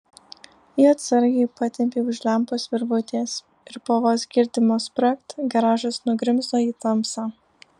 ji atsargiai patempė už lempos virvutės ir po vos girdimo spragt garažas nugrimzdo į tamsą